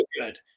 good